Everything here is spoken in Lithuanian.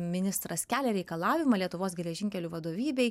ministras kelia reikalavimą lietuvos geležinkelių vadovybei